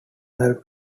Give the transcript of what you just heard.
help